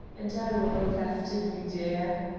and i will look after you, dear.